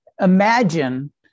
imagine